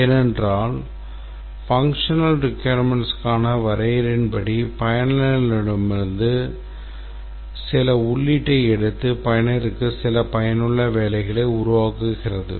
ஏனென்றால் ஒரு செயல்பாட்டுத் தேவைக்கான வரையறையின்படி பயனரிடமிருந்து சில உள்ளீட்டை எடுத்து பயனருக்கு சில பயனுள்ள வேலைகளை உருவாக்குகிறது